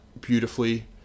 beautifully